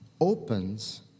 opens